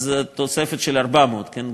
אז תוספת של 400, כן?